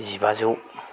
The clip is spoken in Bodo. जिबाजौ